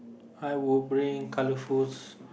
I will bring colorful